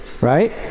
right